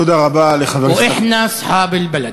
אתה חזק יותר מהגזענים, ואנחנו בעלי הארץ.)